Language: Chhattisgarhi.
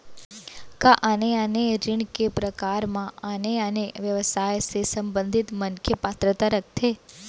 का आने आने ऋण के प्रकार म आने आने व्यवसाय से संबंधित मनखे पात्रता रखथे?